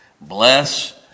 Bless